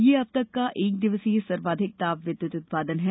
यह अब तक का एक दिवसीय सर्वाधिक ताप विद्युत उत्पादन है